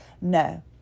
No